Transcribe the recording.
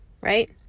right